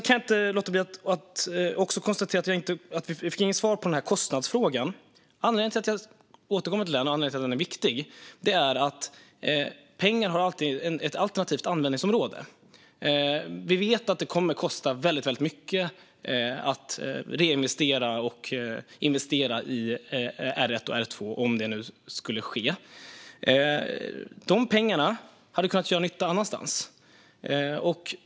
Jag fick heller inget svar på kostnadsfrågan. Den är viktig, för pengar har alltid ett alternativt användningsområde. Det kostar väldigt mycket att reinvestera i R1 och R2 om det nu skulle ske. De pengarna hade kunnat göra nytta någon annanstans.